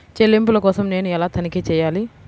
చెల్లింపుల కోసం నేను ఎలా తనిఖీ చేయాలి?